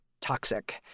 toxic